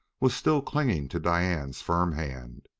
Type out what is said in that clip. was still clinging to diane's firm hand.